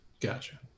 gotcha